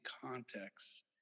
context